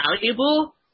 valuable